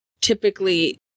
typically